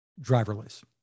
driverless